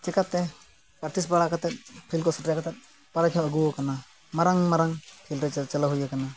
ᱪᱤᱠᱟᱹᱛᱮ ᱟᱨᱴᱤᱥᱴ ᱵᱟᱲᱟ ᱠᱟᱛᱮᱫ ᱯᱷᱤᱞᱰ ᱠᱚ ᱥᱮᱴᱮᱨ ᱠᱟᱛᱮᱫ ᱯᱨᱟᱭᱤᱡᱽ ᱦᱚᱸ ᱟᱹᱜᱩᱣ ᱟᱠᱟᱱᱟ ᱢᱟᱨᱟᱝ ᱢᱟᱨᱟᱝ ᱯᱷᱤᱞᱰ ᱨᱮ ᱪᱟᱞᱟᱣ ᱦᱩᱭ ᱟᱠᱟᱱᱟ